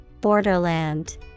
Borderland